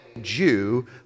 Jew